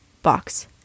box